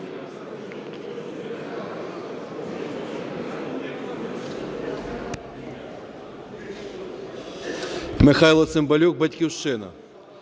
Михайло Цимбалюк, "Батьківщина".